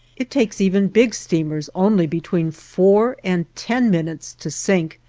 it takes even big steamers only between four and ten minutes to sink,